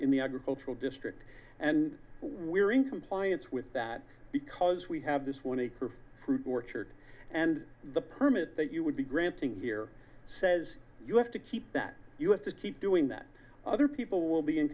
in the agricultural district and we're in compliance with that because we have this one a fruit orchard and the permit that you would be granting here says you have to keep that you have to keep doing that other people will be in